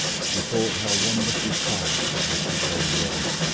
she thought how wonderfully quiet that little glade was,